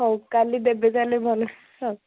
ହଉ କାଲି ଦେବେ ତା'ହେଲେ ଭଲ ସେ ଆଉ